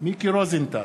מיקי רוזנטל,